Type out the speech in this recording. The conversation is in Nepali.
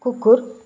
कुकुर